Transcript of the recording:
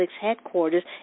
headquarters